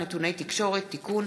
נתוני תקשורת) (תיקון),